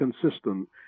consistent